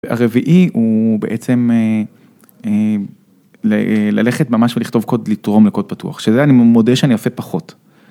הרביעי הוא בעצם ללכת ממש ולכתוב קוד לתרום לקוד פתוח, שזה אני מודה שאני עושה פחות.